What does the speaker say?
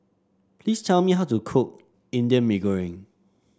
please tell me how to cook Indian Mee Goreng